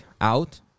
out